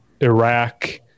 iraq